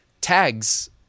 tags